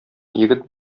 егет